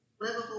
livable